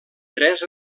tres